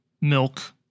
milk